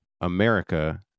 America